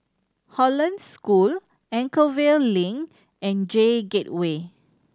Hollandse School Anchorvale Link and J Gateway